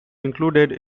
included